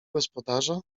gospodarza